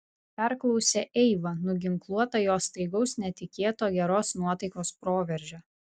perklausė eiva nuginkluota jo staigaus netikėto geros nuotaikos proveržio